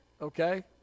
okay